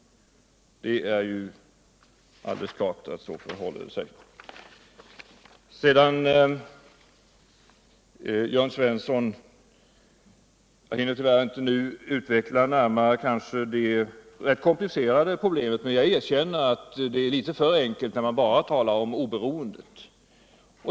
Det är ju alldeles klart att det förhåller sig så. Sedan vill jag säga till Jörn Svensson att jag tyvärr inte nu hinner närmare utveckla det rätt komplicerade problemet, men jag erkänner att det är litet för enkelt när man talar om enbart oberoendet.